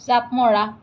জাঁপ মৰা